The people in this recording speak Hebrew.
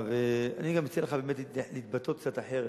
אני גם מציע לך להתבטא קצת אחרת.